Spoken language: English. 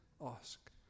ask